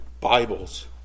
Bibles